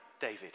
David